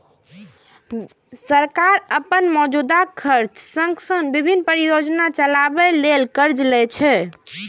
सरकार अपन मौजूदा खर्चक संग संग विभिन्न परियोजना चलाबै ले कर्ज लै छै